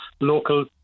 local